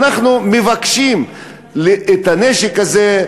אנחנו מבקשים את הנשק הזה,